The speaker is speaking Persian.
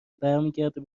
برمیگرده